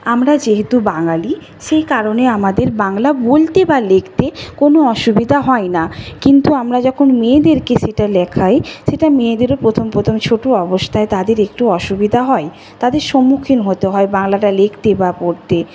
আমরা যেহেতু বাঙালি সেই কারণে আমাদের বাংলা বলতে বা লিখতে কোনও অসুবিধা হয় না কিন্তু আমরা যখন মেয়েদেরকে সেটা লেখাই সেটা মেয়েদেরও প্রথম প্রথম ছোট অবস্থায় তাদের একটু অসুবিধা হয় তাদের সম্মুখীন হতে হয় বাংলাটা লিখতে বা পড়তে